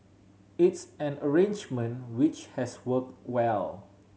it's an arrangement which has worked well